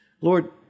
Lord